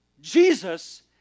Jesus